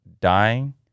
dying